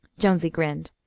jonesy grinned.